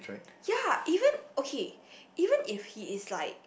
ya even okay even if he is like